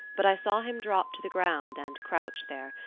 but i saw him drop to the ground and crouch there,